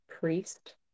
priest